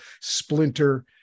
splinter